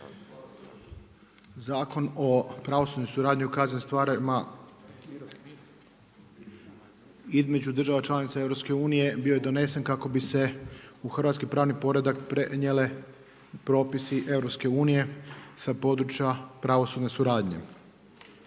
Zakon o pravosudnoj suradnji u kaznenim stvarima između država članica EU bio je donesen kako bi se u hrvatski pravni poredak prenijele propisi EU sa područja pravosudne suradnje.